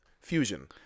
fusion